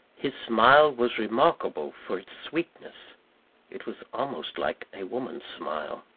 his smile was remarkable for its sweetness it was almost like a woman's smile.